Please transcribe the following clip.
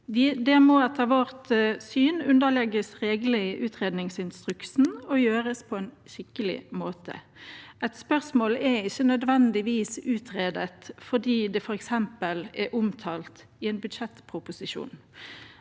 Det må etter vårt syn underlegges reglene i utredningsinstruksen og gjøres på en skikkelig måte. Et spørsmål er ikke nødvendigvis utredet fordi det f.eks. er omtalt i en budsjettproposisjon.